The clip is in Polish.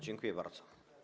Dziękuję bardzo.